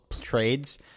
trades—